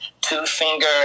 two-finger